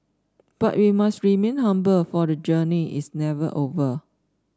but we must remain humble for the journey is never over